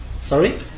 Sorry